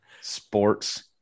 Sports